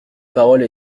parole